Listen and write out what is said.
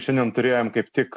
šiandien turėjom kaip tik